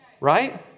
Right